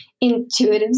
intuitive